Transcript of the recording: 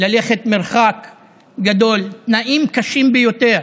ללכת מרחק גדול, תנאים קשים ביותר